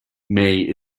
may